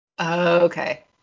Okay